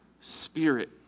spirit